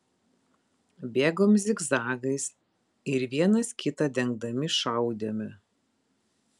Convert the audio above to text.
bėgom zigzagais ir vienas kitą dengdami šaudėme